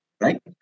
right